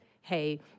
Hey